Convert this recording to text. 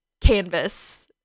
Canvas